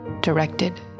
directed